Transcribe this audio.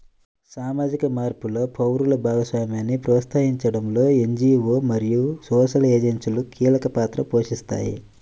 సామాజిక మార్పులో పౌరుల భాగస్వామ్యాన్ని ప్రోత్సహించడంలో ఎన్.జీ.వో మరియు సోషల్ ఏజెన్సీలు కీలక పాత్ర పోషిస్తాయి